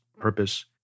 purpose